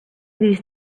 these